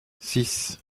six